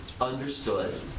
understood